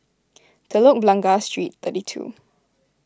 Telok Blangah Street thirty two